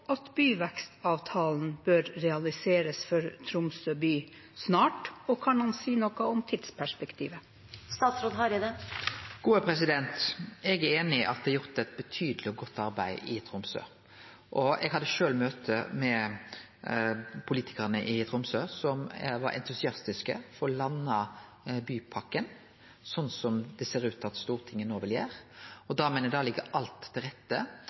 at byvekstavtalen bør realiseres for Tromsø by snart? Og kan han si noe om tidsperspektivet? Eg er einig i at det er gjort eit betydeleg og godt arbeid i Tromsø. Eg hadde sjølv møte med politikarane i Tromsø, som var entusiastiske for å lande bypakka, slik det ser ut til at Stortinget no vil gjere. Da meiner eg alt ligg til rette